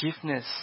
forgiveness